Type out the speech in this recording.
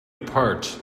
apart